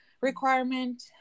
requirement